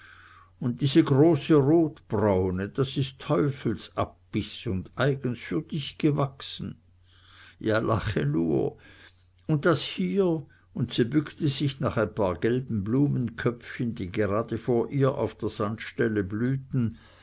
und diese große rotbraune das ist teufelsabbiß und eigens für dich gewachsen ja lache nur und das hier und sie bückte sich nach ein paar gelben blumenköpfchen die gerade vor ihr auf der sandstelle blühten